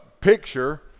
picture